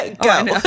Go